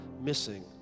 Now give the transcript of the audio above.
missing